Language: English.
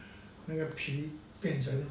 那个皮变成